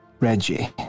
Reggie